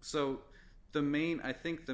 so the main i think the